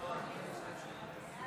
(קורא בשמות חברי הכנסת)